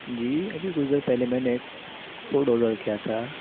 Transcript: جی ابھی کچھ دیر پہلے میں نے ایک فوڈ آڈر کیا تھا